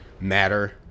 matter